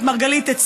את מרגלית,